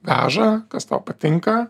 veža kas tau patinka